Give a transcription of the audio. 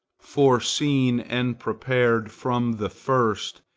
foreseen and prepared from the first,